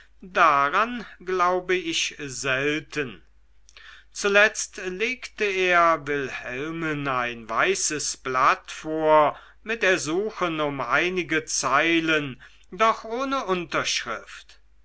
daran glaube ich selten zuletzt legte er wilhelmen ein weißes blatt vor mit ersuchen um einige zeilen doch ohne unterschrift